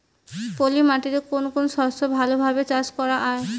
পলি মাটিতে কোন কোন শস্য ভালোভাবে চাষ করা য়ায়?